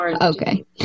Okay